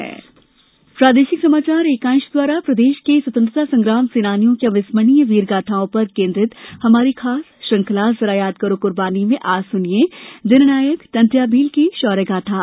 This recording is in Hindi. जरा याद करो कुर्बानी प्रादेशिक समाचार एकांश द्वारा प्रदेश के स्वतंत्रता संग्राम सेनानियों की अविस्मर्णीय वीर गाथाओं पर आधारित खास श्रृंखला जरा याद करो कुर्बानी में आज सुनिये जननायक टंट्याभील की शौर्य गाथा